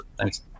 Thanks